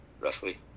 roughly